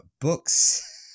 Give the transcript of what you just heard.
books